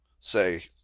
say